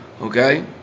okay